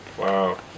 wow